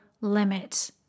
limit